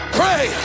pray